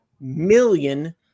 million